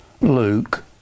Luke